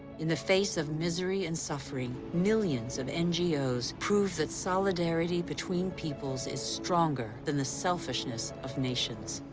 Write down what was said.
in the face of misery and suffering, millions of ngos prove that solidarity between peoples is stronger than the selfishness of nations.